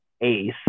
Ace